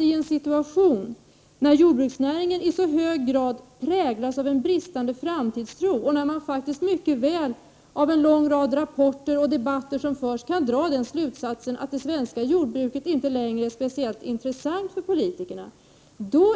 I en situation där jordbruksnäringen i så hög grad präglas av en bristande framtidstro och där man mycket väl av en lång rad rapporter och debatter som förts kan dra den slutsatsen att det svenska jordbruket inte längre är speciellt intressant för politikerna